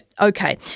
okay